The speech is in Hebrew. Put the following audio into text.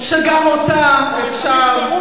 שגם אותה אפשר,